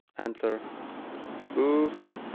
enter oops